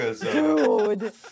Dude